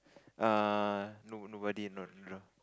err no nobody no no